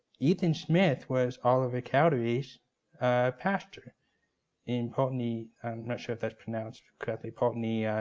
ethan smith was oliver cowdery's pastor in poultney i'm not sure if that's pronounced correctly poultney, yeah